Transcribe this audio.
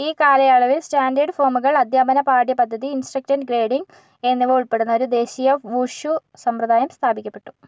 ഈ കാലയളവിൽ സ്റ്റാൻഡേർഡ് ഫോമുകൾ അധ്യാപന പാഠ്യപദ്ധതി ഇൻസ്ട്രക്ടർ ഗ്രേഡിംഗ് എന്നിവ ഉൾപ്പെടുന്ന ഒരു ദേശീയ വുഷു സമ്പ്രദായം സ്ഥാപിക്കപ്പെട്ടു